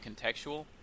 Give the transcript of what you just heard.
contextual